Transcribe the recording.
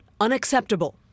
unacceptable